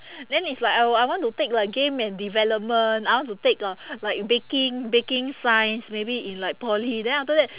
then it's like I I want to take like game and development I want to take uh like baking baking science maybe in like poly then after that